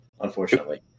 unfortunately